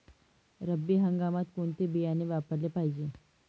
रब्बी हंगामात कोणते बियाणे वापरले पाहिजे?